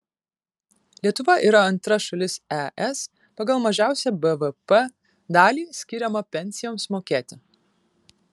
lietuva yra antra šalis es pagal mažiausią bvp dalį skiriamą pensijoms mokėti